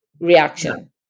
reaction